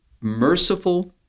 merciful